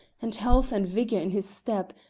and health and vigour in his step,